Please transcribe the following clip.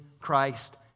Christ